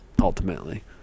ultimately